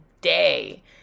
day